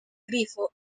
grifo